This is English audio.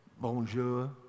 bonjour